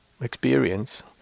experience